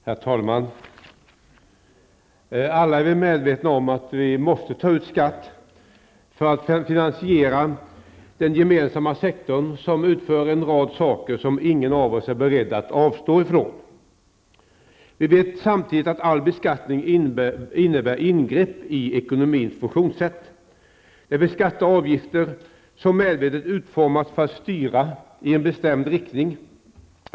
Herr talman! Alla är vi medvetna om att vi måste ta ut skatt för att finansiera den gemensamma sektorn som utför en rad uppgifter som ingen av oss är beredd att avstå ifrån. Vi vet samtidigt att all beskattning innebär ingrepp i ekonomins funktionssätt. Det finns skatter/avgifter som medvetet utformas för att styra i en bestämd riktning.